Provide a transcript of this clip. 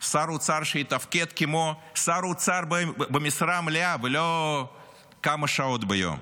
שר אוצר שיתפקד כמו שר אוצר במשרה מלאה ולא כמה שעות ביום,